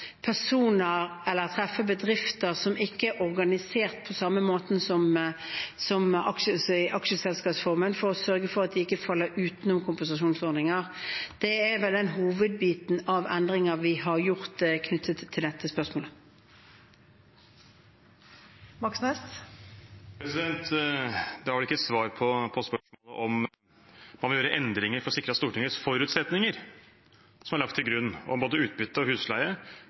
personer eller bedrifter som ikke er organisert på samme måten, i aksjeselskapsformen, for å sørge for at de ikke faller utenom kompensasjonsordninger. Det er vel den hovedbiten av endringer vi har gjort knyttet til dette spørsmålet. Det var ikke svar på spørsmålet om regjeringen har vurdert å gjøre endringer for å sikre at Stortingets forutsetninger om utbytte og husleie blir lagt til grunn og oppfylt framover. Vi leser i DN at nå kommer kravene om full husleie.